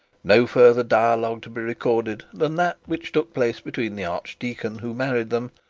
no further dialogue to be recorded than that which took place between the archdeacon who married them,